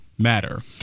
matter